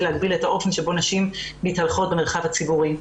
להגביל את האופן בו נשים מתהלכות במרחב הציבורי.